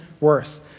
worse